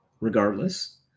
regardless